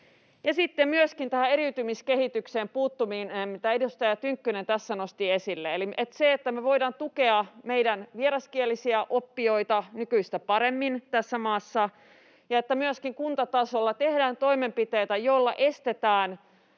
sitten myöskin tähän eriytymiskehitykseen puuttuminen, mitä edustaja Tynkkynen tässä nosti esille, eli se, että me voidaan tukea meidän vieraskielisiä oppijoita nykyistä paremmin tässä maassa ja että myöskin kuntatasolla tehdään toimenpiteitä, joilla estetään